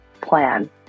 plan